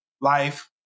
life